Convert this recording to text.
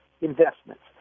investments